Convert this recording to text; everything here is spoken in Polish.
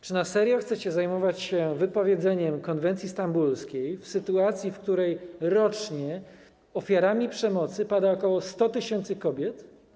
Czy na serio chcecie zajmować się wypowiedzeniem konwencji stambulskiej w sytuacji, gdy rocznie ofiarami przemocy pada ok. 100 tys. kobiet?